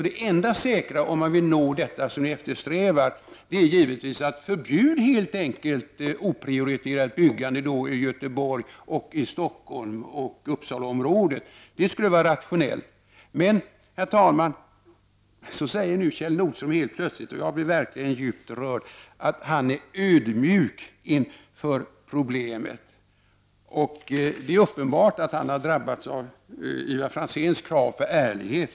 Det enda säkra om man vill nå det mål som ni eftersträvar är givetvis att förbjuda oprioriterat byggande i Göteborg, Stockholm och Uppsalaområdet. Det skulle vara rationellt. Men, herr talman, nu säger Kjell Nordström helt plötsligt — jag blir verkligen djupt rörd — att han är ödmjuk inför problemet. Det är uppenbart att han drabbats av Ivar Franzéns krav på ärlighet.